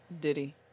Diddy